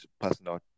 personal